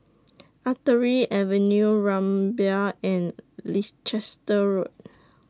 Artillery Avenue Rumbia and Leicester Road